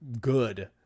good